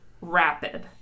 rapid